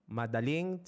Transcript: madaling